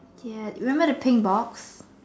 ya you remember the pink box